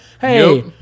hey